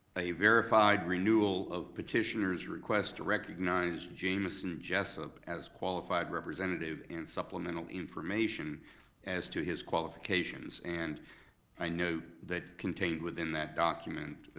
a verified renewal of petitioner's request to recognize jamison jessup as qualified representative and supplemental information as to his qualifications, and i know that, contained within that document,